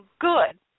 Good